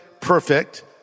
perfect